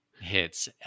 hits